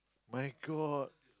my-God